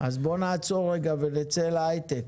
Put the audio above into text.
אז בואו נעצור רגע ונצא אל ההיי-טק.